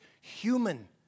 human